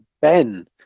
Ben